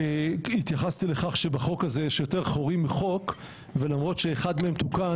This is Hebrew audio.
והתייחסתי לכך שבחוק הזה יש יותר חורים מחוק ולמרות שאחד מהם תוקן,